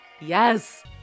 Yes